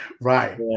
Right